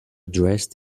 dressed